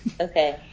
Okay